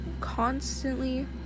constantly